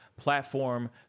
platform